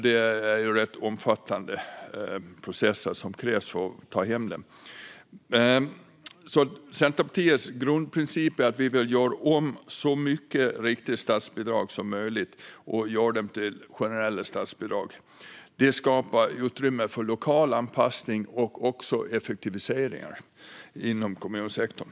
Det är rätt omfattande processer som krävs för att ta hem statsbidragen. Centerpartiets grundprincip är därför att vi vill omvandla så många riktade statsbidrag som möjligt till generella statsbidrag. Det skapar utrymme för lokal anpassning och effektiviseringar inom kommunsektorn.